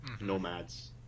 Nomads